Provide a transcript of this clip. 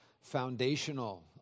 foundational